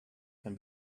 can